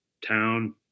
town